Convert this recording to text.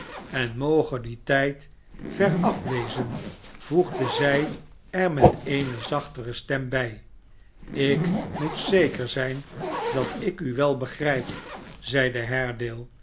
en moge die tijd veraf wezen voegde zij er met eene zachtere stem bij ik moet zeker zijn dat ik u wel begrijp zeide